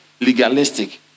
legalistic